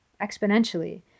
exponentially